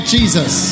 Jesus